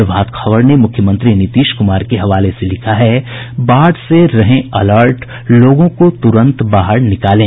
प्रभात खबर ने मुख्यमंत्री नीतीश कुमार के हवाले से लिखा है बाढ़ से रहे अलर्ट लोगों को तुरंत बाहर निकाले